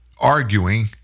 Arguing